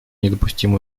недопустимо